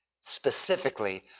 Specifically